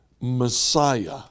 Messiah